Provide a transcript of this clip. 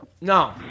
No